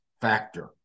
factor